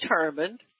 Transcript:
determined